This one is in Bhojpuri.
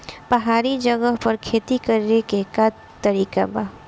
पहाड़ी जगह पर खेती करे के का तरीका बा?